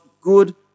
good